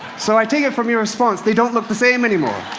so i take it from your response they don't look the same anymore,